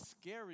scary